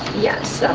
yes,